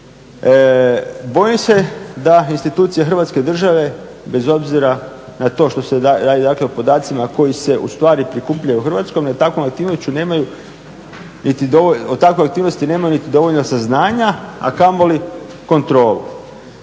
Bojim se da institucija Hrvatske države bez obzira na to što se radi o podacima koji se ustvari prikupljaju u Hrvatskoj jer takvom aktivnošću nemaju niti, o takvoj aktivnosti